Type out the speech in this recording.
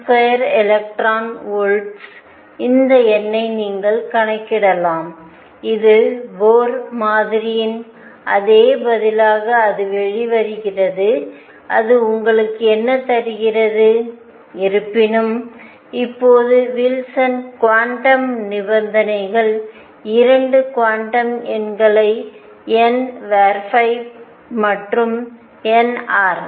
6Z2n2 electron volts இந்த எண்ணை நீங்கள் கணக்கிடலாம் இது போர் மாதிரியின் அதே பதிலாக அது வெளிவருகிறது அது உங்களுக்கு என்ன தருகிறது இருப்பினும் இப்போது வில்சன் குவாண்டம் நிபந்தனைகள் 2 குவாண்டம் எண்களை n மற்றும் nr